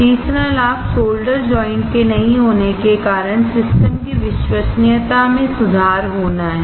तीसरा लाभ solder joint के नहीं होने के कारण सिस्टम की विश्वसनीयता में सुधार होना है